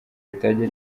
ritajya